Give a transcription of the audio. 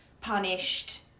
punished